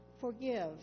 forgive